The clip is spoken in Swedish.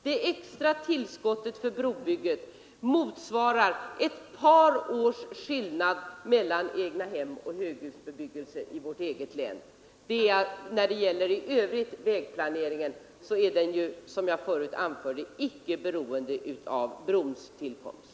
Det extra tillskottet för brobygget motsvarar ett par års skillnad mellan egnahemsoch höghusbebyggelse i vårt eget län. Vägplaneringen i övrigt är, som jag tidigare anförde, icke beroende av brons tillkomst.